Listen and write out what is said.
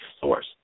source